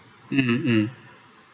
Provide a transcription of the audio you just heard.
mm mm